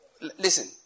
Listen